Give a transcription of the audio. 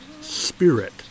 spirit